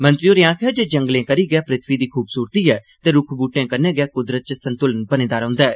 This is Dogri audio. मंत्री होरे आक्खेआ जे जंगलात करी गै पृथ्वी दी खूबसूरती ऐ ते रुक्ख बूहटें कन्ने गै कुंदरत च संतुलन बने दा रौहन्दा ऐ